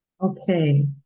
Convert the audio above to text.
Okay